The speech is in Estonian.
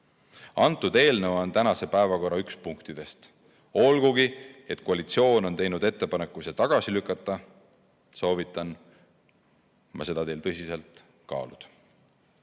See eelnõu on tänase päevakorra üks punkt. Olgugi et koalitsioon on teinud ettepaneku see tagasi lükata, soovitan ma teil seda tõsiselt kaaluda.